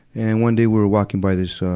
and, one day, we were walking by this, ah,